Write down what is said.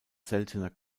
seltener